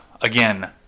again